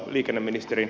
toimiiko vr oikein